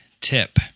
tip